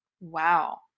Wow